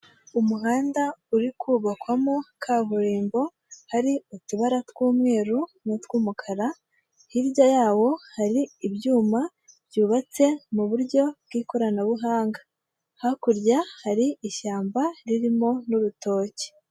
Umuhanda uri kubakwamo kaburimbo, hari utubara tw'umweru n'utw'umukara, hirya yawo hari ibyuma, byubatse muburyo bw'ikoranabuhanga, hakurya hari ishyamba ririmo n'urutoki.